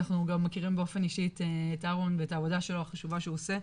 ואנחנו גם מכירים באופן אישי את אהרון ואת העבודה החשובה שלו שהוא עושה.